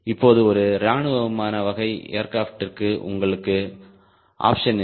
இப்போது ஒரு இராணுவ விமான வகை ஏர்கிராப்டிற்கு உங்களுக்கு ஆப்ஷன் இல்லை